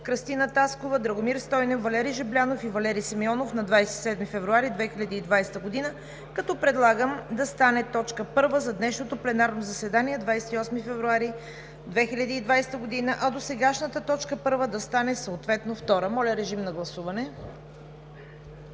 Кръстина Таскова, Драгомир Стойнев, Валери Жаблянов и Валери Симеонов, на 27 февруари 2020 г. Предлагам това да стане точка първа за днешното пленарно заседание, 28 февруари 2020 г., а досегашната точка първа да стане съответно точка втора. Моля, режим на гласуване.